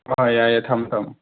ꯑꯣ ꯌꯥꯔꯦ ꯌꯥꯔꯦ ꯊꯝꯃꯦ ꯊꯝꯃꯦ